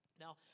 Now